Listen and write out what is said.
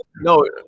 No